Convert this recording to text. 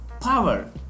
power